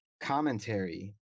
commentary